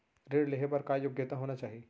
ऋण लेहे बर का योग्यता होना चाही?